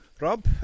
Rob